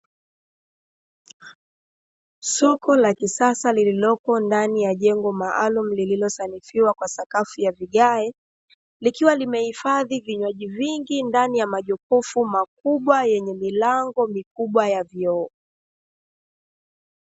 Soko la kisasa lililopo ndani ya jengo maalumu, lililosanifiwa kwa sakafu ya vigae, likiwa limehifadhi vinywaji vingi ndani ya majokofu makubwa yenye milango mikubwa ya vioo.